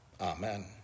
Amen